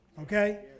okay